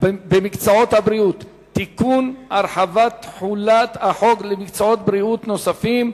במקצועות הבריאות (תיקון) (הרחבת תחולת החוק למקצועות בריאות נוספים),